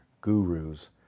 gurus